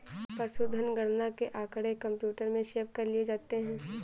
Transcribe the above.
पशुधन गणना के आँकड़े कंप्यूटर में सेव कर लिए जाते हैं